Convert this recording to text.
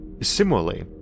Similarly